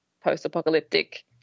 post-apocalyptic